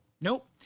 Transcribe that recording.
Nope